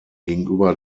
gegenüber